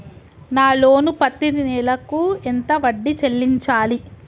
నా లోను పత్తి నెల కు ఎంత వడ్డీ చెల్లించాలి?